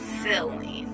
silly